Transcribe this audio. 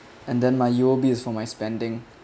and then my U_O_B is for my spending